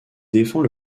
défend